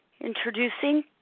Introducing